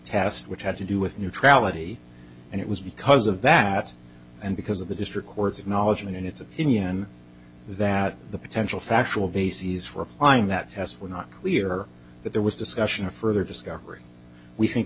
test which had to do with neutrality and it was because of that and because of the district courts of knowledge and its opinion that the potential factual bases for applying that test were not clear that there was discussion of further discovery we think